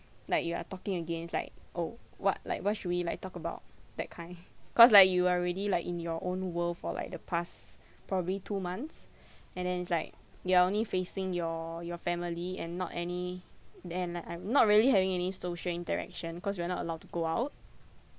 like you are talking again it's like oh what like what should we like talk about that kind cause like you already like in your own world for like the past probably two months and then it's like you're only facing your your family and not any then like I'm not really having any social interaction cause we are not allowed to go out